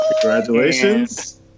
Congratulations